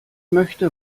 möchte